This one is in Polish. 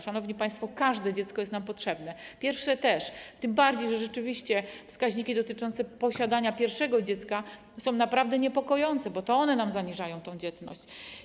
Szanowni państwo, każde dziecko jest nam potrzebne, pierwsze też, tym bardziej że rzeczywiście wskaźniki dotyczące posiadania pierwszego dziecka są naprawdę niepokojące, bo to one nam zaniżają tę dzietność.